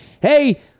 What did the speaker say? Hey